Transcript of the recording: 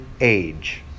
age